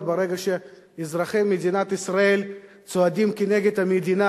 ברגע שאזרחי מדינת ישראל צועדים נגד המדינה.